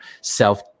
self